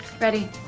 ready